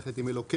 במילים.